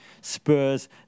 Spurs